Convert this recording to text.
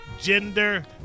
gender